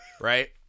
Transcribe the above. right